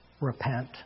repent